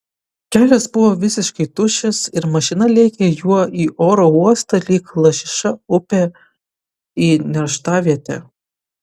kelias buvo visiškai tuščias ir mašina lėkė juo į oro uostą lyg lašiša upe į nerštavietę